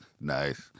Nice